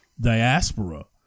diaspora